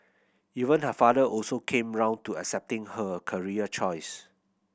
even her father also came round to accepting her career choice